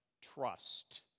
trust